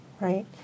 Right